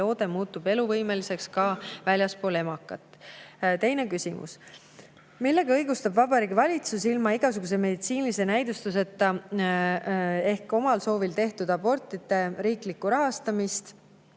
loode muutub eluvõimeliseks ka väljaspool emakat. Teine küsimus: "Millega õigustab Vabariigi Valitsus ilma igasuguse meditsiinilise näidustuseta ehk omal soovil tehtud abortide riiklikku rahastamist